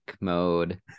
mode